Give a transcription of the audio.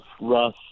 rough